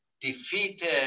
defeated